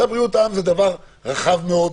צו בריאות העם זה דבר רחב מאוד,